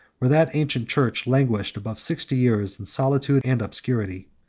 where that ancient church languished above sixty years in solitude and obscurity.